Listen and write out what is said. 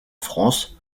france